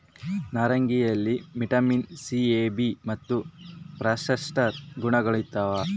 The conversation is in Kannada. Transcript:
ನಾರಂಗಿಯಲ್ಲಿ ವಿಟಮಿನ್ ಸಿ ಎ ಬಿ ಮತ್ತು ಫಾಸ್ಫರಸ್ ಗುಣಗಳಿರ್ತಾವ